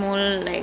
that's true